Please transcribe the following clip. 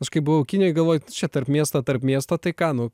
aš kai buvau kinijoj galvoju čia tarp miesto tarp miesto tai ką nu